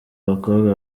abakobwa